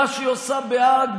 במה שהיא עושה בהאג,